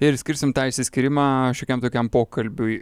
ir skirsim tą išsiskyrimą šiokiam tokiam pokalbiui